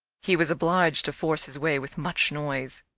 he was obliged to force his way with much noise.